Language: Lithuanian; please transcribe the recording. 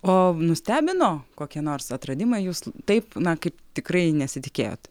o nustebino kokie nors atradimai jus taip na kaip tikrai nesitikėjot